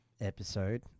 episode